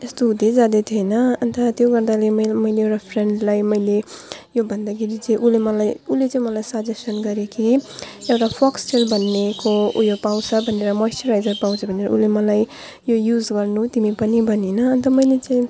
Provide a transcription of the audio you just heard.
यस्तो हुँदै जाँदैथ्यो होइन अन्त त्यो गर्दाले मेरो मैले एउटा फ्रेन्डलाई मैले यो भन्दाखेरि चाहिँ उसले मलाई उसले चाहिँ मलाई सजेसन गऱ्यो कि एउटा फोक्सटेल भन्नेको ऊ यो पाउँछ भनेर मोइस्चराइजर पाउँछ भनेर उसले मलाई यो युज गर्नु तिमी पनि भन्यो होइन अन्त मैले चाहिँ